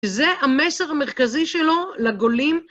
זה המסר המרכזי שלו לגולים...